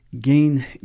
gain